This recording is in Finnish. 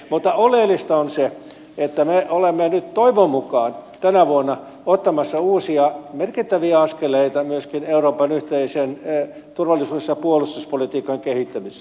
mutta oleellista on se että me olemme nyt toivon mukaan tänä vuonna ottamassa uusia merkittäviä askeleita myöskin euroopan yhteisen turvallisuus ja puolustuspolitiikan kehittämisessä